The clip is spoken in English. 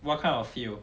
what kind of field